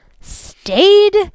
stayed